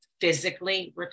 physically